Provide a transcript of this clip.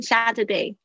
Saturday